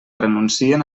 renuncien